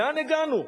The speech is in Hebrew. לאן הגענו?